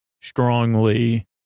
strongly